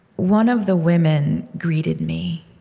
one of the women greeted me.